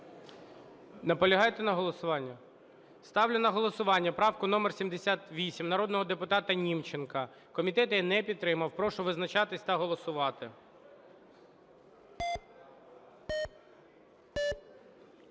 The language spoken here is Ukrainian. Наполягаєте на голосуванні? Ставлю на голосування правку номер 78 народного депутата Німченка. Комітет її не підтримав. Прошу визначатись та голосувати.